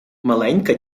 маленька